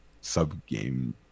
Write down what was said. sub-game